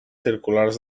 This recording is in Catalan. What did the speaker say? circulars